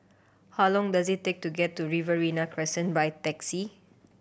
how long does it take to get to Riverina Crescent by taxi